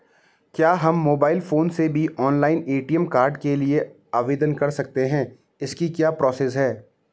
क्या हम mobile phone से भी ऑनलाइन ए.टी.एम कार्ड के लिए आवेदन कर सकते हैं इसकी क्या प्रोसेस है?